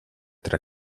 tra